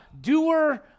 doer